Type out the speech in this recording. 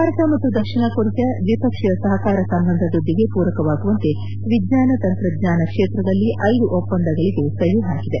ಭಾರತ ಮತ್ತು ದಕ್ಷಿಣ ಕೊರಿಯಾ ದ್ವಿಪಕ್ಷೀಯ ಸಹಕಾರ ಸಂಬಂಧ ವೃದ್ಧಿಗೆ ಪೂರಕವಾಗುವಂತೆ ವಿಜ್ಞಾನ ತಂತ್ರಜ್ಞಾನ ಕ್ಷೇತ್ರಗಳಲ್ಲಿ ಐದು ಒಪ್ಪಂದಗಳಿಗೆ ಸಹಿ ಹಾಕಿದೆ